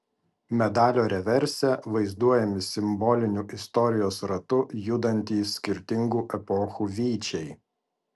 medalio reverse vaizduojami simboliniu istorijos ratu judantys skirtingų epochų vyčiai